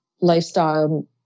lifestyle